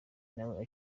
nawe